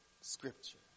scripture